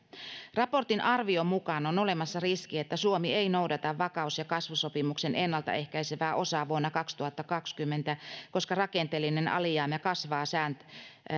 raportin arvion mukaan on olemassa riski että suomi ei noudata vakaus ja kasvusopimuksen ennalta ehkäisevää osaa vuonna kaksituhattakaksikymmentä koska rakenteellinen alijäämä kasvaa sääntöjä